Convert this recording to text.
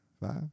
five